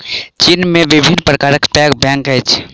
चीन में विभिन्न प्रकारक पैघ बैंक अछि